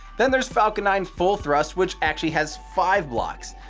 then there's falcon nine full thrust which actually has five blocks.